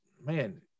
man